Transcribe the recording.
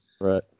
right